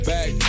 Back